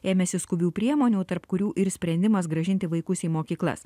ėmėsi skubių priemonių tarp kurių ir sprendimas grąžinti vaikus į mokyklas